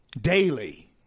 daily